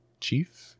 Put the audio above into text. chief